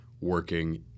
working